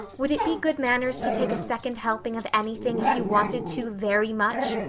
would it be good manners to take a second helping of anything if you wanted to very much?